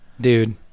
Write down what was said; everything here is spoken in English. Dude